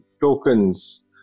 tokens